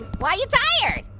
why you tired?